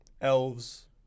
Elves